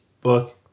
book